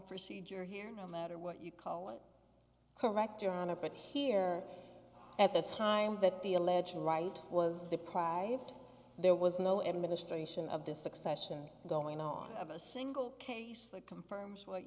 procedure here no matter what you call it correct your honor but here at the time that the alleged right was deprived there was no administration of this succession going on of a single case like confirms what